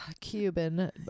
cuban